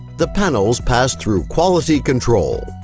the panels pass through quality control,